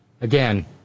Again